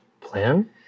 plan